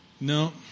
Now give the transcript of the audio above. No